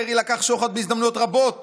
"דרעי לקח שוחד בהזדמנויות רבות